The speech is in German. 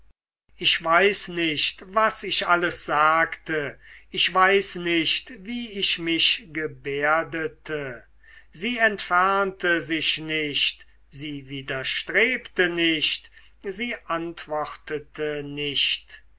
ich weiß nicht was ich alles sagte ich weiß nicht wie ich mich gebärdete sie entfernte sich nicht sie widerstrebte nicht sie antwortete nicht